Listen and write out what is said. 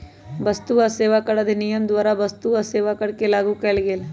वस्तु आ सेवा कर अधिनियम द्वारा वस्तु आ सेवा कर के लागू कएल गेल